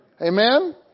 Amen